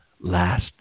last